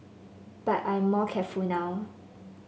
but I'm more careful now